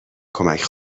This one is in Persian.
کمک